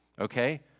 okay